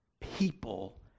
people